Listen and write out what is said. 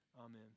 Amen